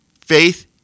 faith